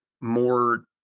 more